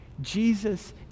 Jesus